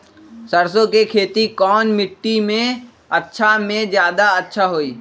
सरसो के खेती कौन मिट्टी मे अच्छा मे जादा अच्छा होइ?